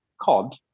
COD